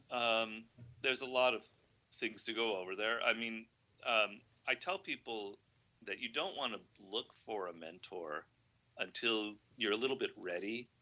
um there is a lot of things to go over there. i mean um i tell people that you don't want to look for a mentor until you are little bit ready,